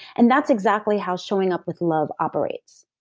and that's exactly how showing up with love operates.